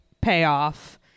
payoff